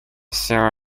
силы